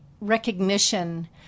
recognition